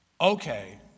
okay